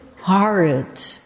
horrid